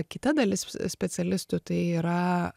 kita dalis specialistų tai yra